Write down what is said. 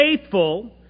faithful